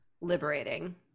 liberating